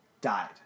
died